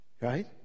Right